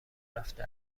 رفته